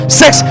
six